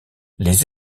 les